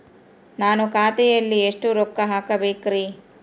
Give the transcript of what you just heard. ನಾನು ಖಾತೆಯಲ್ಲಿ ಎಷ್ಟು ರೊಕ್ಕ ಹಾಕಬೇಕ್ರಿ?